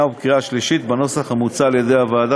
ובקריאה שלישית בנוסח המוצע על-ידי הוועדה.